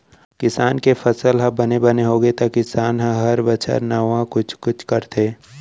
किसान के फसल ह बने बने होगे त किसान ह हर बछर नावा कुछ कुछ करथे